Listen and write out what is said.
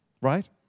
Right